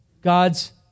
God's